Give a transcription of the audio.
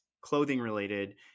clothing-related